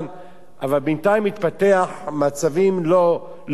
אבל בינתיים מתפתחים מצבים לא נעימים.